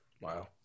Wow